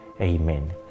Amen